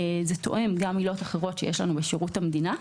זה תואם גם עילות אחרות שיש לנו בשירות המדינה.